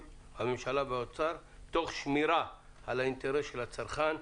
הממשלה והאוצר תוך שנמירה על האינטרס של הצרכן.